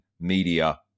media